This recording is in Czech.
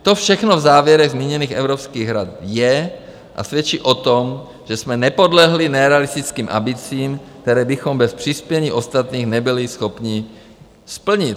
To všechno v závěrech zmíněných evropských rad je a svědčí o tom, že jsme nepodlehli nerealistickým ambicím, které bychom bez přispění ostatních nebyli schopni splnit.